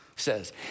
says